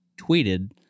tweeted